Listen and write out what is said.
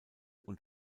und